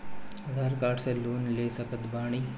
आधार card से लोन ले सकत बणी?